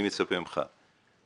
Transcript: אני מצפה ממך,